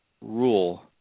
rule